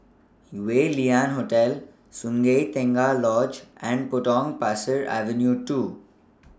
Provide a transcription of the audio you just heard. Yew Lian Hotel Sungei Tengah Lodge and Potong Pasir Avenue two